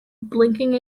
blinking